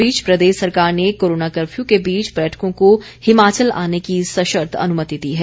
इस बीच प्रदेश सरकार ने कोरोना कफर्यू के बीच पर्यटकों को हिमाचल आने की सर्शत अनुमति दी है